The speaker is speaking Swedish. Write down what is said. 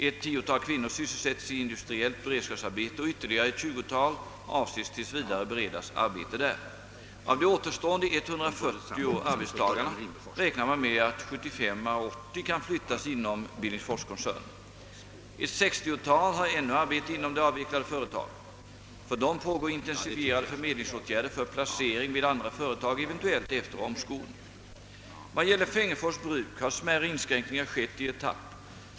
Ett tiotal kvinnor sysselsätts i industriellt beredskapsarbete och ytterligare ett 20-tal avses tills vidare beredas arbete där. Av de återstående 140 arbetstagarna räknar man med att 75—380 kan flyttas inom Billingsforskoncernen. Ett 60-tal har ännu arbete inom det avvecklade företaget. För dem pågår intensifierade förmedlingsåtgärder för placering vid andra företag, eventuellt efter omskolning. Vad gäller Fengersfors bruk har smärre inskränkningar skett i etapper.